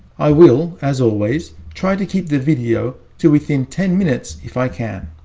i will, as always, try to keep the video to within ten minutes if i can.